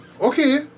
okay